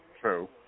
True